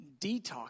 detox